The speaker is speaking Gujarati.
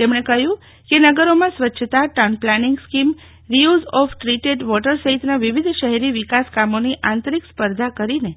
તેમને કહ્યું કે નગરોમાં સ્વચ્છતા town planning scheme reuse of treated water સહિતના વિવિધ શહેરી વિકાસ કામોની આંતરીક સ્પર્ધા કરીને